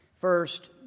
First